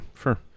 Sure